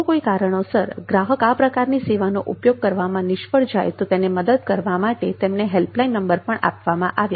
જો કોઇ કારણોસર ગ્રાહકો આ પ્રકારની સેવાનો ઉપયોગ કરવામાં નિષ્ફળ જાય તો તેમને મદદ કરવા માટે તેમને હેલ્પલાઇન નંબર પણ આપવામાં આવ્યા